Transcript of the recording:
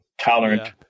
tolerant